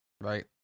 right